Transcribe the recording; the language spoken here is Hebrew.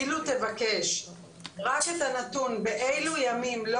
אילו תבקש רק את הנתון באילו ימים לא